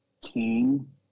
team